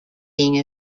being